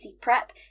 Prep